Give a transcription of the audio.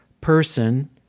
person